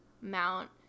Mount